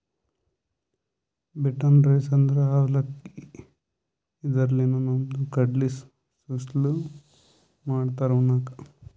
beaten rice ಅಂದ್ರ ಅವಲಕ್ಕಿ, ಇದರ್ಲಿನ್ದ್ ನಮ್ ಕಡಿ ಸುಸ್ಲಾ ಮಾಡ್ತಾರ್ ಉಣ್ಣಕ್ಕ್